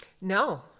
No